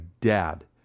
dad